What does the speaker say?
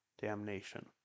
damnation